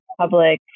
public